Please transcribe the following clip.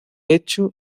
hecho